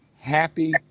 happy